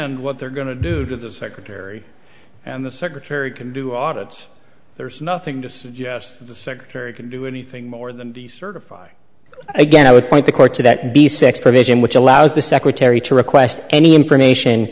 send what they're going to do to the secretary and the secretary can do audits there's nothing to suggest the secretary can do anything more than decertifying again i would point the court to that be six provision which allows the secretary to request any information